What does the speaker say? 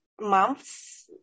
months